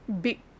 Big